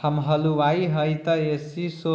हम हलुवाई हईं त ए.सी शो